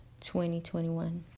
2021